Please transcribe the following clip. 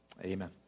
amen